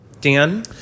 Dan